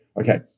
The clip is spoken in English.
Okay